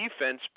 defense